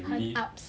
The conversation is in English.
很 ups